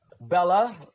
Bella